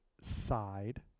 side